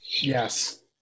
Yes